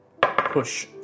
push